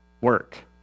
work